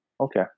okay